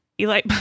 Eli